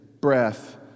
breath